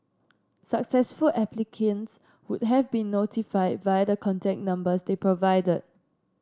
successful applicants would have been notified via the contact numbers they provided